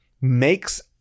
makes